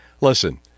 Listen